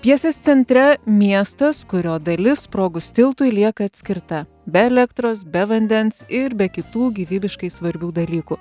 pjesės centre miestas kurio dalis sprogus tiltui lieka atskirta be elektros be vandens ir be kitų gyvybiškai svarbių dalykų